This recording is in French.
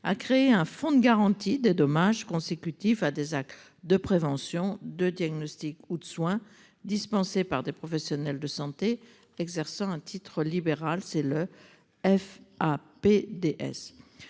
a créé un fonds de garantie de dommages consécutifs à des actes de prévention de diagnostic ou de soins dispensés par des professionnels de santé exerçant un titre libéral c'est le F.